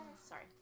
Sorry